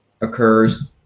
occurs